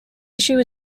issue